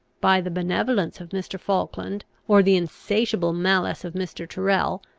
by the benevolence of mr. falkland, or the insatiable malice of mr. tyrrel,